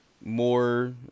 more